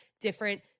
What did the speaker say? different